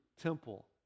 temple